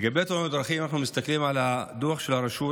לגבי תאונות הדרכים אנחנו מסתכלים על הדוח של הרשות